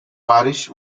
parish